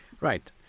right